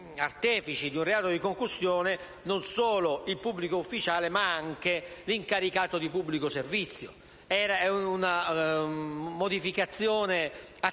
artefici di un reato di concussione, non solo il pubblico ufficiale ma anche l'incaricato di pubblico servizio. Si tratta di una modificazione attesa,